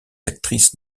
actrices